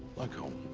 like home.